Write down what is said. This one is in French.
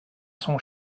son